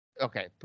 Okay